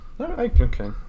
Okay